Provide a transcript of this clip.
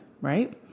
right